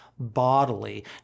bodily